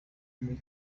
muri